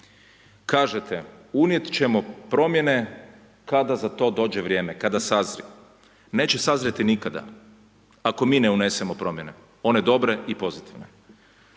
Kažete, unijet ćemo promjene kada za to dođe vrijeme kada sazri, neće sazrjeti nikada, ako mi ne unesemo promjene one dobre i pozitivne.